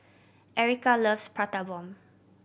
Erika loves Prata Bomb